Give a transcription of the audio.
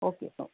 okay हा